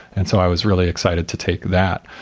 and so i was really excited to take that.